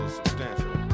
substantial